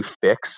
fix